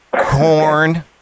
Corn